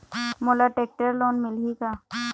मोला tractor loan मिलही का?